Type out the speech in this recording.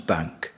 Bank